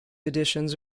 editions